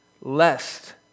lest